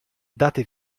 date